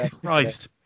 Christ